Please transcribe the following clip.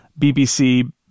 bbc